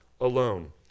alone